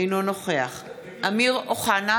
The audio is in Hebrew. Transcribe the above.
אינו נוכח אמיר אוחנה,